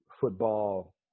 football